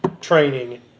training